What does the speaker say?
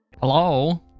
Hello